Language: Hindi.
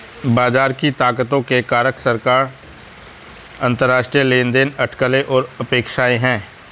बाजार की ताकतों के कारक सरकार, अंतरराष्ट्रीय लेनदेन, अटकलें और अपेक्षाएं हैं